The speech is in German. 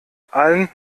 allen